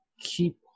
keep